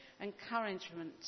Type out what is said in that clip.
encouragement